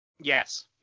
Yes